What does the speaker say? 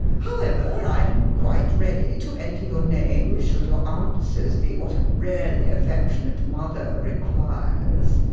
however, i am quite ready to enter your name, should your answers be what a really affectionate mother requires.